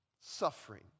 suffering